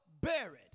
Buried